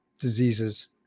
diseases